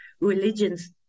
religions